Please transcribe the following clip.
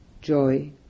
joy